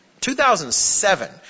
2007